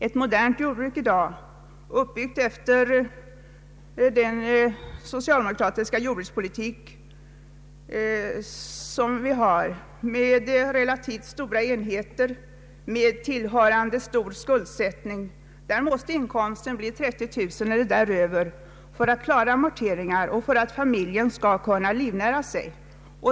I ett jordbruk av i dag, uppbyggt efter vår socialdemokratiska jordbrukspolitik med relativt stora enheter och tillhörande stor skuldsättning, måste inkomsten vara 30 000 kro nor om året eller däröver för att man skall kunna klara amorteringar och för att familjen skall kunna livnära sig.